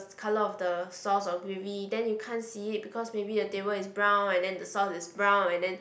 colour of the sauce of gravy then you can't see it because maybe the table is brown and then the sauce is brown and then